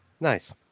Nice